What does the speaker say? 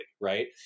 right